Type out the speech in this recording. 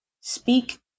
speak